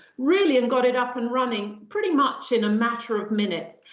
really, and got it up and running pretty much in a matter of minutes.